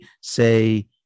say